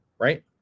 right